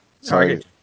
Sorry